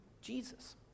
Jesus